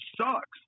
sucks